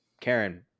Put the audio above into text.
Karen